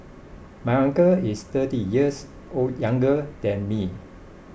my uncle is thirty years old younger than me